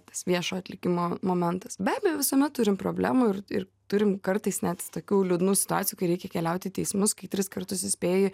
tas viešo atlikimo momentas be abejo visuomet turim problemų ir ir turim kartais net tokių liūdnų situacijų kai reikia keliauti į teismus kai tris kartus įspėji